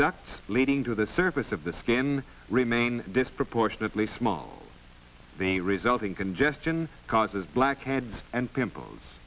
duct leading to the surface of the skin remain disproportionately small the resulting congestion causes blackheads and pimples